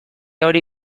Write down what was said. hori